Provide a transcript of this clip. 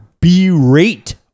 berate